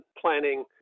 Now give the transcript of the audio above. planning